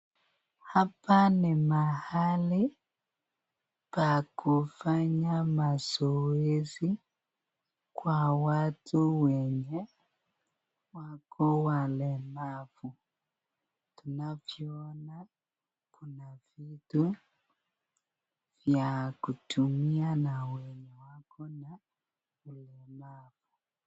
Hapa ni mahali pa kufanya mazoezi kwa watu wenye wako walemavu. Tunavyoona kuna vitu vya kutumia na wenye wako na ulemavu.